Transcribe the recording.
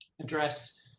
address